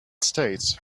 states